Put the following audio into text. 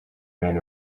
men